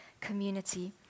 community